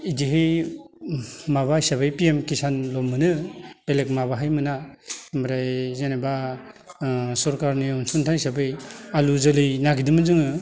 इदियै माबा हिसाबै P M Kisan ल' मोनो बेलेख माबायै मोना ओमफ्राय जेनेबा ओ सरखारनि अनसुंथाइ हिसाबै आलु जोलै नागिरदोंमोन जोङो